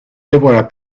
deborah